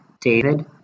David